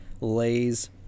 Lay's